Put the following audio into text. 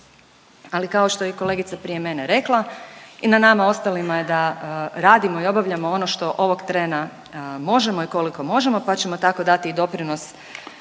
Ali kao što je i kolegica prije mene rekla i na nama ostalima je da radimo i obavljamo ono što ovog trena možemo i koliko možemo pa ćemo tako dati i doprinos